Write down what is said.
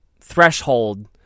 threshold